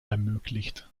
ermöglicht